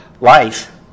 life